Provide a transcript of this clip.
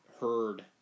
heard